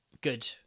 Good